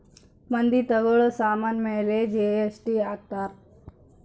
ಮಂದಿ ತಗೋಳೋ ಸಾಮನ್ ಮೇಲೆ ಜಿ.ಎಸ್.ಟಿ ಹಾಕ್ತಾರ್